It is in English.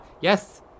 Yes